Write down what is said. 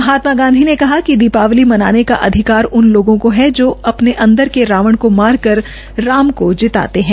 महात्मा गांधी ने कहा कि दीपावली मनाने का अधिकार उन लोगों को है जो अपने अंदर के रावण को मार कर राम को जिताते हैं